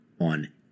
on